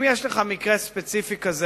אם יש לך מקרה ספציפי כזה,